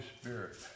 Spirit